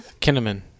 Kinnaman